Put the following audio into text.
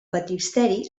baptisteri